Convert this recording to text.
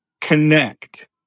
connect